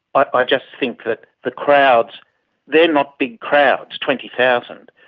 but i just think that the crowds they're not big crowds, twenty thousand,